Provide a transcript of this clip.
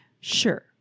sure